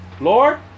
Lord